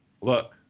look